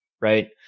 right